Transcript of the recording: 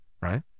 Right